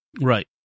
Right